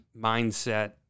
mindset